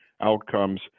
outcomes